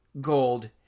Gold